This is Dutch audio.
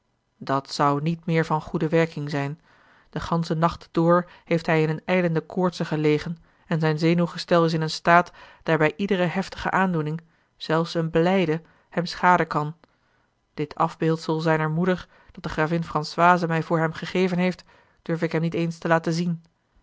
dat zou niet meer van goede werking zijn den ganschen nacht door heeft hij in eene ijlende koortse gelegen en zijn zenuwgestel is in een staat daarbij iedere heftige aandoening zelfs eene blijde hem schaden kan dit afbeeldsel zijner moeder dat de gravin françoise mij voor hem gegeven heeft durf ik hem niet eens te laten zien